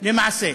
למעשה.